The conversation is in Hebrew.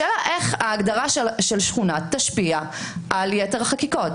השאלה איך הגדרה של שכונה תשפיע על יתר החקיקות.